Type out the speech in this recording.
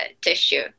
tissue